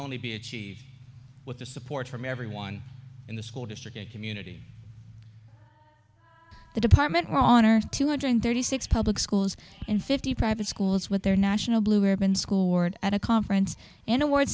only be achieved with the support from everyone in the school district community the department why on earth two hundred thirty six public schools and fifty private schools with their national blue ribbon school board at a conference and award